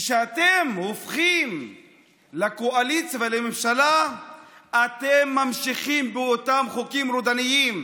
כשאתם הופכים לקואליציה ולממשלה אתם ממשיכים באותם חוקים רודניים.